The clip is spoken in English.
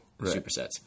supersets